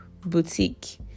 boutique